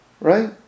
Right